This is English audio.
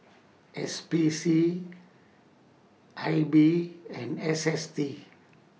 S P C I B and S S T